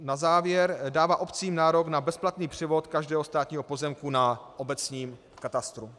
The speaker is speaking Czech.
Na závěr dává obcím nárok na bezplatný převod každého státního pozemku na obecním katastru.